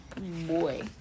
boy